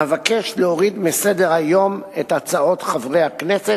אבקש להוריד מסדר-היום את הצעות חברי הכנסת,